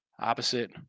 Opposite